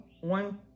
one